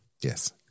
Yes